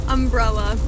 Umbrella